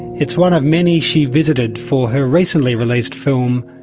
it's one of many she visited for her recently released film,